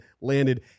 landed